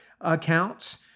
accounts